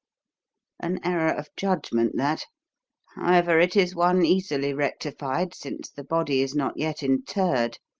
an error of judgment that however, it is one easily rectified, since the body is not yet interred,